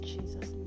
Jesus